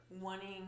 wanting